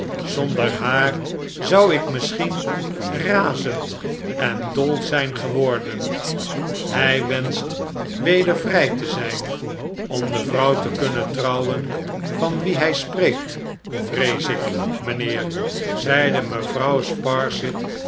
zonder haar zou ik misschien razend en dol zijn geworden hu wenschfc weder vrij te zijn om de vrouw te kunnen trouwen van wie hij spreekt vrees ik mijnheer zeide mevrouw